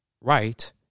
right